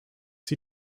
sie